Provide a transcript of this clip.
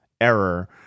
error